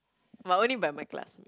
but only by my class